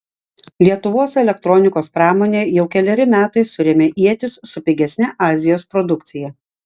lietuvos elektronikos pramonė jau keleri metai suremia ietis su pigesne azijos produkcija